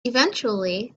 eventually